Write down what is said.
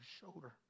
shoulder